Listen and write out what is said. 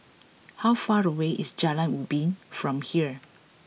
how far away is Jalan Ubi from here